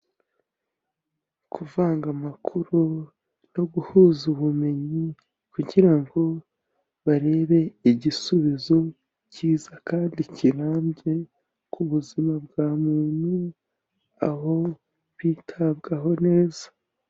Kuvanga amakuru no guhuza ubumenyi kugira ngo barebe igisubizo cyiza kandi kirambye ku buzima bwa muntu, aho bwitabwaho neza.